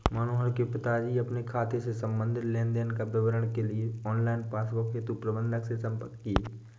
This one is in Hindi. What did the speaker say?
मनोहर के पिताजी अपने खाते से संबंधित लेन देन का विवरण के लिए ऑनलाइन पासबुक हेतु प्रबंधक से संपर्क किए